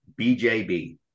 bjb